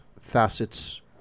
facets